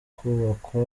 kubakwa